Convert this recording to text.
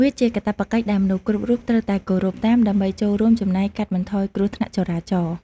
វាជាកាតព្វកិច្ចដែលមនុស្សគ្រប់រូបត្រូវតែគោរពតាម ដើម្បីចូលរួមចំណែកកាត់បន្ថយគ្រោះថ្នាក់ចរាចរណ៍។